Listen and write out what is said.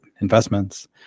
investments